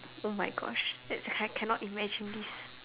oh my gosh that's I cannot imagine this